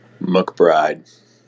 McBride